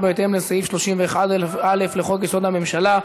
הממשלה, בהתאם לסעיף 31(א) לחוק-יסוד: הממשלה,